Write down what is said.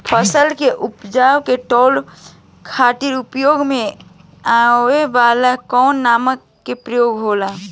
फसल के उपज के तौले खातिर उपयोग में आवे वाला कौन मानक के उपयोग होला?